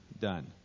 done